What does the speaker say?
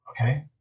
Okay